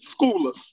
Schoolers